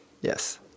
Yes